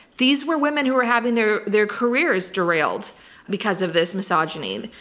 these were women who were having their their careers derailed because of this misogyny,